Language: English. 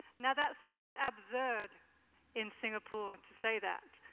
now that sounds absurd in singapore to say that,